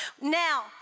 Now